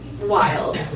Wild